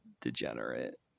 degenerate